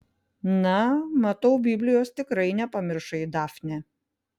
na matau biblijos tikrai nepamiršai dafne